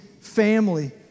family